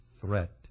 threat